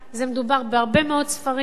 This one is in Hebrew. מדובר בהרבה מאוד ספרים,